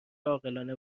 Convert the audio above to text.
عاقلانه